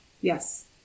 Yes